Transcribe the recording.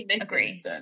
Agree